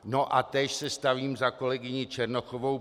No a též se stavím za kolegyni Černochovou.